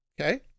okay